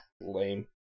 lame